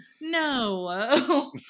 no